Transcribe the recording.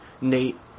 Nate